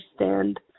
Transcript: understand